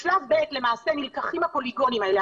בשלב ב' למעשה נלקחים הפוליגונים האלה,